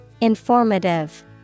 Informative